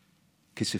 הכספים,